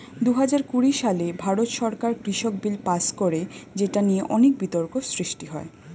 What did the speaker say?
দুহাজার কুড়ি সালে ভারত সরকার কৃষক বিল পাস করে যেটা নিয়ে অনেক বিতর্ক সৃষ্টি হয়